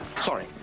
Sorry